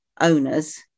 owners